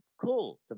cool